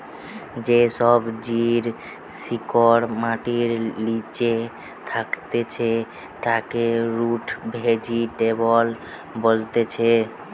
যে সবজির শিকড় মাটির লিচে থাকছে তাকে রুট ভেজিটেবল বোলছে